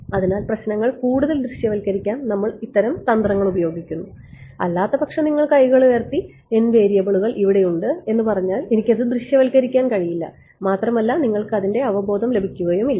അതിനാൽ പ്രശ്നങ്ങൾ കൂടുതൽ ദൃശ്യവൽക്കരിക്കാൻ നമ്മൾ ഇത്തരം തന്ത്രങ്ങൾ ഉപയോഗിക്കുന്നു അല്ലാത്തപക്ഷം നിങ്ങൾ കൈകൾ ഉയർത്തി n വേരിയബിളുകൾ ഇവിടെ ഉണ്ട് എന്ന് പറഞ്ഞാൽ എനിക്ക് അത് ദൃശ്യവൽക്കരിക്കാൻ കഴിയില്ല മാത്രമല്ല നിങ്ങൾക്ക് അതിൻറെ അവബോധം ലഭിക്കുകയുമില്ല